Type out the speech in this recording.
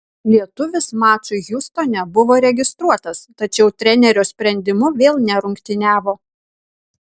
lietuvis mačui hjustone buvo registruotas tačiau trenerio sprendimu vėl nerungtyniavo